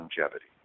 longevity